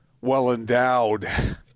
well-endowed